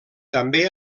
també